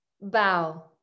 Bow